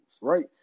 right